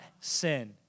sin